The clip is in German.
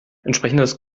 entsprechendes